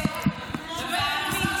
תאמין לי.